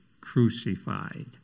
crucified